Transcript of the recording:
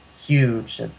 huge